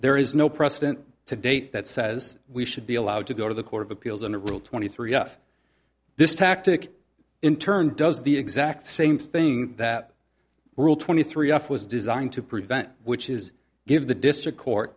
there is no precedent to date that says we should be allowed to go to the court of appeals on the rule twenty three of this tactic in turn does the exact same thing that rule twenty three off was designed to prevent which is give the district court